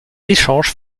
échanges